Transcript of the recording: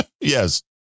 Yes